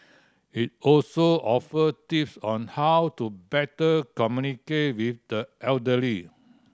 it also offer tips on how to better communicate with the elderly